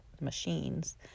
machines